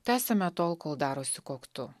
tęsiame tol kol darosi koktu